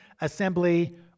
assembly